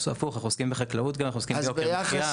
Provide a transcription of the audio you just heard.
הפוך, אנחנו עוסקים גם בחקלאות, גם ביוקר המחייה.